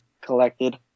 collected